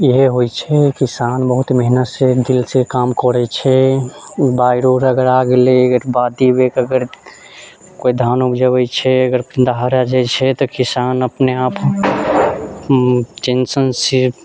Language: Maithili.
इहे होइत छै किसान बहुत मेहनत से दिल से काम करैत छै बाढ़ि उढ़ि अगर आ गेलै अगर बाढ़िमे अगर केओ धान उपजबैत छै अगर दाहड़ि आ जाइत छै तऽ किसान अपने आप टेंशन से